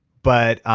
but